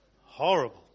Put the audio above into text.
Horrible